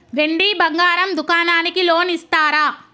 వెండి బంగారం దుకాణానికి లోన్ ఇస్తారా?